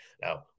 Now